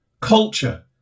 culture